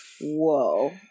Whoa